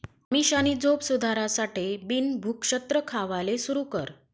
अमीषानी झोप सुधारासाठे बिन भुक्षत्र खावाले सुरू कर